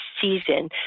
season